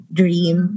dream